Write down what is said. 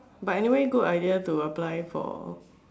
but anyway good idea to apply for